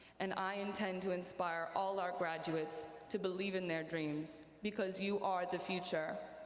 and i intend to inspire all our graduates to believe in their dreams because you are the future.